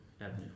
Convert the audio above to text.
Avenue